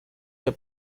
der